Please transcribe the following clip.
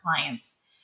clients